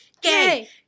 Gay